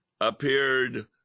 appeared